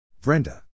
Brenda